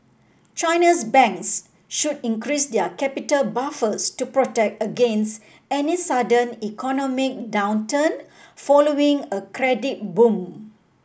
China's banks should increase their capital buffers to protect against any sudden economic downturn following a credit boom